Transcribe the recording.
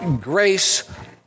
grace